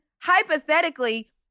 hypothetically